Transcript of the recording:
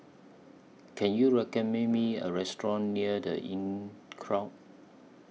Can YOU recommend Me A Restaurant near The Inncrowd